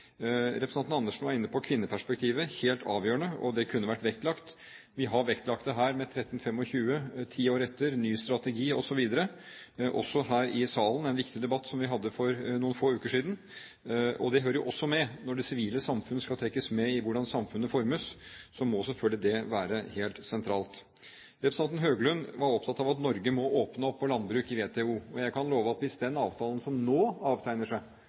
Representanten Karin Andersen var inne på kvinneperspektivet. Det er helt avgjørende, og det kunne vært vektlagt. Vi har vektlagt det her med FN-resolusjon 1325, ti år etter, ny strategi osv. Også her i salen: en viktig debatt som vi hadde for noen få uker siden. Og det hører jo også med: Når det sivile samfunn skal trekkes med i hvordan samfunnet formes, må selvfølgelig det være helt sentralt. Representanten Høglund var opptatt av at Norge må åpne opp på landbruk i WTO. Jeg kan love at hvis den avtalen som nå avtegner seg,